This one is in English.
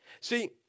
see